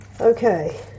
Okay